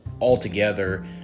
Altogether